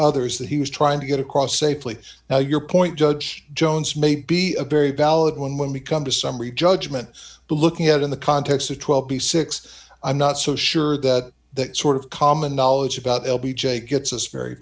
others that he was trying to get across safely now your point judge jones may be a very valid one when we come to summary judgment looking at in the context of twelve b six i'm not so sure that that sort of common knowledge about l b j gets us very